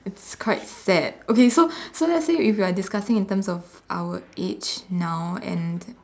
it's quite fat okay so so let's say if we are discussing about our age now and